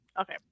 Okay